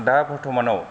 दा बर्थमान आव